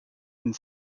and